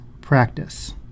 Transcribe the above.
Practice